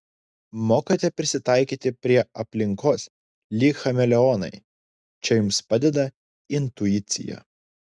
mokate prisitaikyti prie aplinkos lyg chameleonai čia jums padeda intuicija